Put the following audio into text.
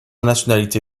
nationalité